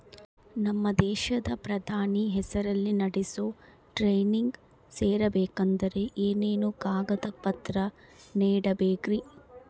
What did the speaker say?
ನಮ್ಮ ದೇಶದ ಪ್ರಧಾನಿ ಹೆಸರಲ್ಲಿ ನಡೆಸೋ ಟ್ರೈನಿಂಗ್ ಸೇರಬೇಕಂದರೆ ಏನೇನು ಕಾಗದ ಪತ್ರ ನೇಡಬೇಕ್ರಿ?